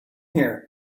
here